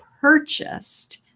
purchased